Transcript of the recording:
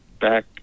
back